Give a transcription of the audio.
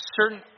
certain